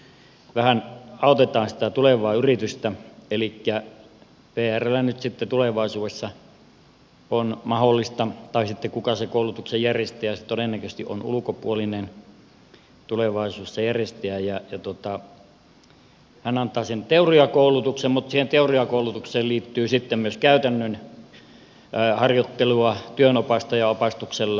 tässä nyt vähän autetaan sitä tulevaa yritystä elikkä vrllä nyt sitten tulevaisuudessa on mahdollista tai sitten sillä joka se koulutuksen järjestäjä sitten on tulevaisuudessa todennäköisesti ulkopuolinen antaa se teoriakoulutus mutta siihen teoriakoulutukseen liittyy sitten myös käytännön harjoittelua työnopastajan opastuksella